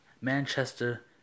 Manchester